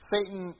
Satan